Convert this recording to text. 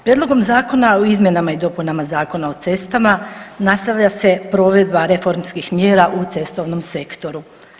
Prijedlogom zakona o izmjenama i dopunama Zakona o cestama nastavlja se provedba reformskih mjera u cestovnom sektoru.